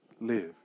Live